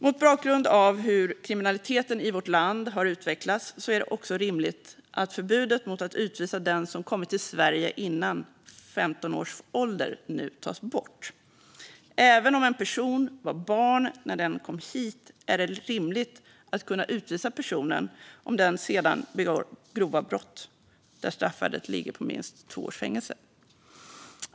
Mot bakgrund av hur kriminaliteten i vårt land har utvecklats är det också rimligt att förbudet mot att utvisa den som kom hit till Sverige före 15 års ålder nu tas bort. Även om en person var barn när denne kom hit är det rimligt att kunna utvisa personen om denne sedan begått grova brott där straffvärdet ligger på minst två års fängelse.